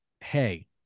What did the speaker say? Hey